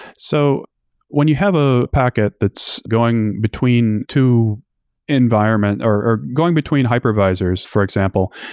so when you have a packet that's going between two environment, or going between hypervisors for example,